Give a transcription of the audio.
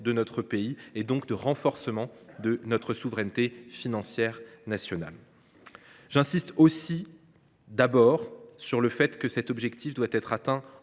de notre pays et donc de renforcement de notre souveraineté financière nationale. J’insiste sur le fait que cet objectif doit être atteint